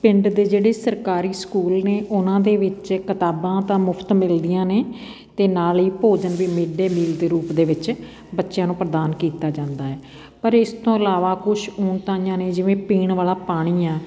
ਪਿੰਡ ਦੇ ਜਿਹੜੇ ਸਰਕਾਰੀ ਸਕੂਲ ਨੇ ਉਹਨਾਂ ਦੇ ਵਿੱਚ ਕਿਤਾਬਾਂ ਤਾਂ ਮੁਫਤ ਮਿਲਦੀਆਂ ਨੇ ਅਤੇ ਨਾਲ ਹੀ ਭੋਜਨ ਵੀ ਮਿਡ ਡੇ ਮੀਲ ਦੇ ਰੂਪ ਦੇ ਵਿੱਚ ਬੱਚਿਆਂ ਨੂੰ ਪ੍ਰਦਾਨ ਕੀਤਾ ਜਾਂਦਾ ਹੈ ਪਰ ਇਸ ਤੋਂ ਇਲਾਵਾ ਕੁਝ ਊਣਤਾਈਆਂ ਨੇ ਜਿਵੇਂ ਪੀਣ ਵਾਲਾ ਪਾਣੀ ਆ